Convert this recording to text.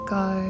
go